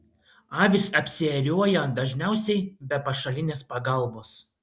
avys apsiėriuoja dažniausiai be pašalinės pagalbos